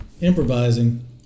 improvising